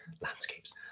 landscapes